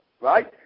right